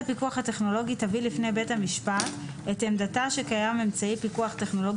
הטכנולוגי תביא לפני בית המשפט את עמדתה שקיים אמצעי פיקוח טכנולוגי